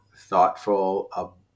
thoughtful